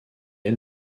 est